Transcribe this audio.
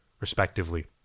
respectively